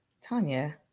Tanya